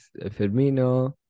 Firmino